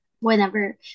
whenever